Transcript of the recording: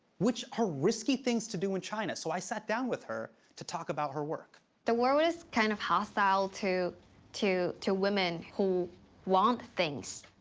which are risky things to do in china. so i sat down with her to talk about her work the world is kind of hostile to to women who want things.